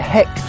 Heck